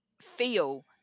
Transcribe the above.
feel